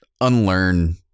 unlearn